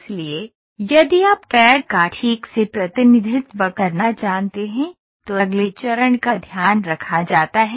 इसलिए यदि आप कैड़ का ठीक से प्रतिनिधित्व करना जानते हैं तो अगले चरण का ध्यान रखा जाता है